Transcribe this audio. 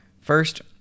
First